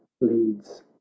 leads